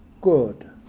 good